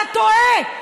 אתה טועה.